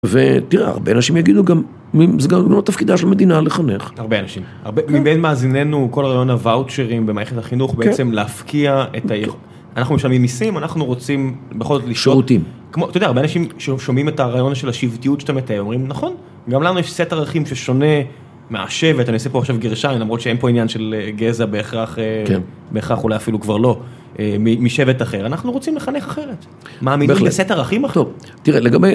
ותראה, הרבה אנשים יגידו גם, זה גם לא תפקידה של המדינה לחנך. - הרבה אנשים, מבין מאזיננו, כל רעיון הוואוצ'רים במערכת החינוך בעצם להפקיע את ה... אנחנו משלמים מיסים, אנחנו רוצים, בכל זאת, לשאול... - שירותים. אתה יודע, הרבה אנשים ששומעים את הרעיון של השבטיות שאתה מתאים, אומרים, נכון, גם לנו יש סט ערכים ששונה מהשבט, אני עושה פה עכשיו גרשיים, למרות שאין פה עניין של גזע בהכרח, - כן בהכרח, אולי אפילו כבר לא, משבט אחר, אנחנו רוצים לחנך אחרת. מה, מבחינת סט ערכים אחר? - טוב, תראה, לגבי...